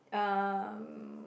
um